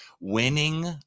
Winning